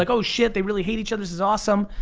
like oh shit, they really hate each other, this is awesome.